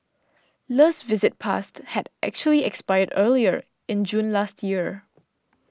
Le's visit passed had actually expired earlier in June last year